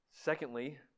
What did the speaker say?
Secondly